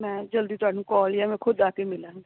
ਮੈਂ ਜਲਦੀ ਤੁਹਾਨੂੰ ਕਾਲ ਆ ਮੈਂ ਖੁਦ ਆ ਕੇ ਮਿਲਾ